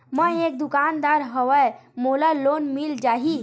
मै एक दुकानदार हवय मोला लोन मिल जाही?